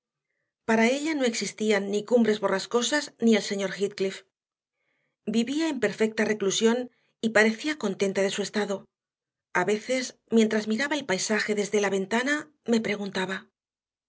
para ella no existían ni cumbres borrascosas ni el señor heathcliff vivía en perfecta reclusión y parecía contenta de su estado a veces mientras miraba el paisaje desde la ventana me preguntaba